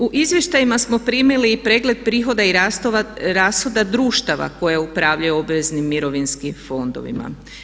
U izvještajima smo primili i pregled prihoda i rashoda društava koja upravljaju obveznim mirovinskim fondovima.